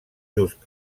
just